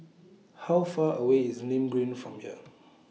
How Far away IS Nim Green from here